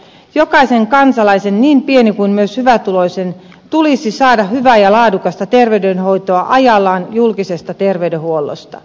jokaisen kansalaisen niin pienen kuin hyvätuloisen tulisi saada hyvää ja laadukasta terveydenhoitoa ajallaan julkisesta terveydenhuollosta